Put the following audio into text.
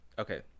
Okay